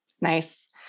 Nice